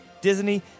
Disney